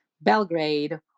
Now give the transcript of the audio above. Belgrade